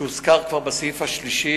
השואל מסתפק בתשובת השר.